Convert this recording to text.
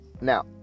Now